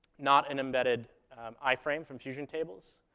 not an embedded i-frame from fusion tables.